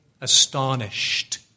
astonished